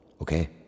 okay